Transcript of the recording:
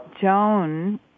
Joan